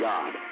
God